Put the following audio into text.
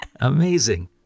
Amazing